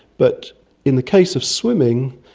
but in the case of swimming,